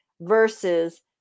versus